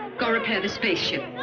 go repair the space